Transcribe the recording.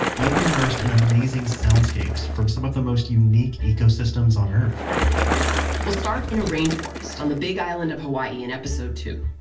you'll be immersed in amazing soundscapes from some of the most unique ecosystems on earth we'll start in a rainforest on the big island of hawaii in episode two.